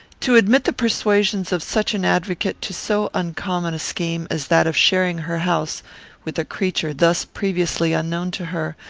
to admit the persuasions of such an advocate to so uncommon a scheme as that of sharing her house with a creature thus previously unknown to her,